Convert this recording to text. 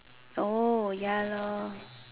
oh ya lor